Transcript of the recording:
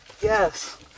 Yes